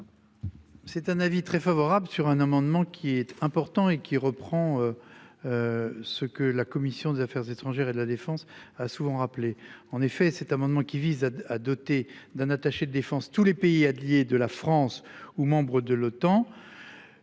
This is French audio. C'est un avis très favorable sur un amendement qui est important et qui reprend. Ce que la commission des Affaires étrangères et de la Défense a souvent rappelé en effet cet amendement qui vise à doter d'un attaché de défense tous les pays alliés de la France ou membre de l'OTAN.